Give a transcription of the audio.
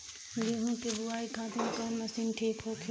गेहूँ के बुआई खातिन कवन मशीन ठीक होखि?